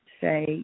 say